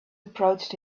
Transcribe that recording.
approached